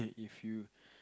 if you